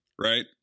right